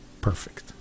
perfect